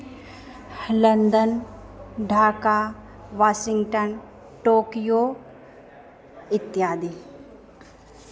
London Dhaka Washington Tokyo इत्यादि